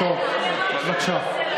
בבקשה.